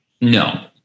No